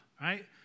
right